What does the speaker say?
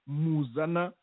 muzana